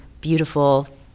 beautiful